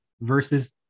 versus